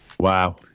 Wow